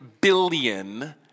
billion